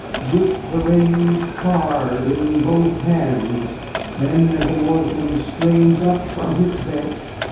gripped the reins hard in both hands then as an oarsman strains up from his bench,